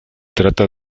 trata